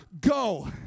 go